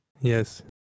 Yes